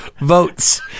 votes